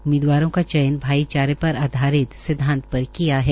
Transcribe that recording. उम्मीदवारों का चयन भाईचारे पर आधारित सिद्धांत पर किया है